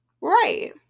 Right